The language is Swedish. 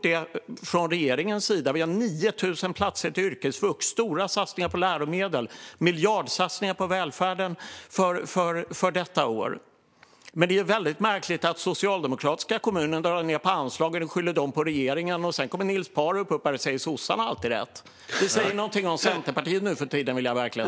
Det har regeringen gjort med 9 000 platser på yrkesvux, stora satsningar på läromedel och miljardsatsningar på välfärden för detta år. Men det är märkligt att socialdemokratiska kommuner drar ned på anslagen och skyller på regeringen. Och sedan kommer Niels Paarup-Petersen här och säger att sossarna alltid har rätt. Det säger verkligen någonting om Centerpartiet nu för tiden.